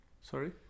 Sorry